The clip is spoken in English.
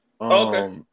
Okay